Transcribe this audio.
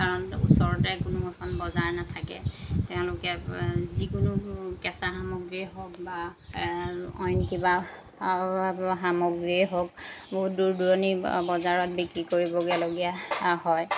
কাৰণ ওচৰতে কোনো এখন বজাৰ নাথাকে তেওঁলোকে যিকোনো কেঁচা সামগ্ৰীয়ে হওক বা অইন কিবা সামগ্ৰীয়ে হওক বহুত দূৰ দূৰণিৰ বজাৰত বিক্ৰী কৰিবগেলগীয়া হয়